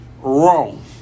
wrong